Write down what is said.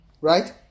right